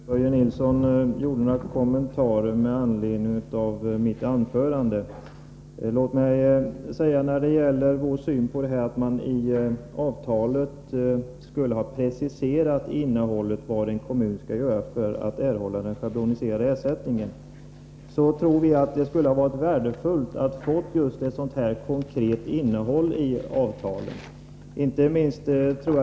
Fru talman! Börje Nilsson gjorde några kommentarer med anledning av mitt anförande. Låt mig säga några ord när det gäller vår syn på en precisering i avtalet av vad en kommun skall göra för att erhålla den schabloniserade ersättningen. Vi tror att det skulle ha varit värdefullt med ett sådant konkret innehåll i avtalet.